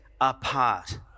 apart